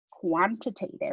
Quantitative